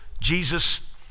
Jesus